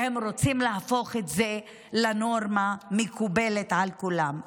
והם רוצים להפוך את זה לנורמה מקובלת על כולם.